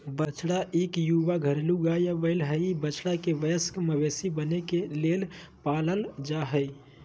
बछड़ा इक युवा घरेलू गाय या बैल हई, बछड़ा के वयस्क मवेशी बने के लेल पालल जा हई